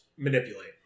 manipulate